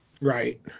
Right